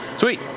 sweet.